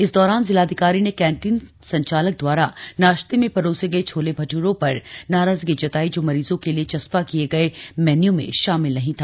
इस दौरान जिलाधिकारी ने कैंटीन संचालक द्वारा नाश्ते में परोसे गए छोले भठूरों पर नाराजगी जताई जो मरीजों के लिए चस्पा किये गए मीनू में शामिल नहीं था